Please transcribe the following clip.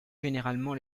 généralement